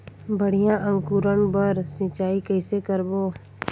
बढ़िया अंकुरण बर सिंचाई कइसे करबो?